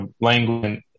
language